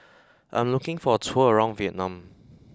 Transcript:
I'm looking for a tour around Vietnam